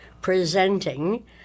presenting